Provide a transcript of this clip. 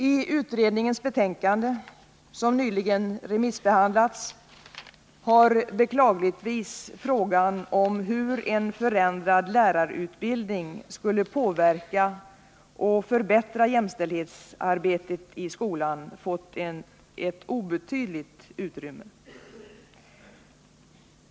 I utredningens betänkande, som nyligen remissbehandlats, har beklagligtvis frågan om hur en förändrad lärarutbildning skulle kunna påverka och förbättra jämställdhetsarbetet i skolan fått ett obetydligt utrymme.